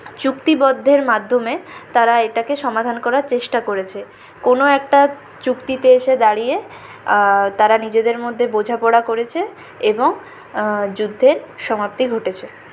চুক্তিবদ্ধের মাধ্যমে তারা এটাকে সমাধান করার চেষ্টা করেছে কোনো একটা চুক্তিতে এসে দাঁড়িয়ে তারা নিজেদের মধ্যে বোঝাপড়া করেছে এবং যুদ্ধের সমাপ্তি ঘটেছে